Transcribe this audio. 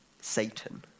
Satan